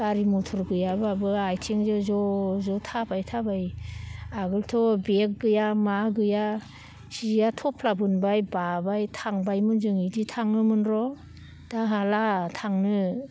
गारि मथर गैयाबाबो आथिंजों ज' ज' थाबायै थाबायै आगोलावथ' बेग गैया मा गैया जिया थफ्ला बोनबाय बाबाय थांबायमोन जों बिदि थाङोमोन र' दा हाला थांनो